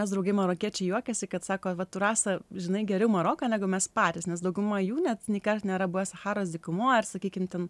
jos draugai marokiečiai juokiasi kad sako vat tu rasa žinai geriau maroką negu mes patys nes dauguma jų net nėkart nėra buvę sacharos dykumoj ar sakykim ten